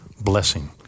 blessing